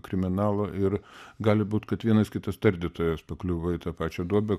kriminalo ir gali būt kad vienas kitas tardytojas pakliuvo į tą pačią duobę